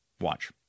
Watch